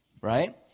Right